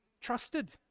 trusted